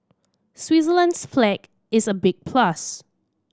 Switzerland's flag is a big plus